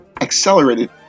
accelerated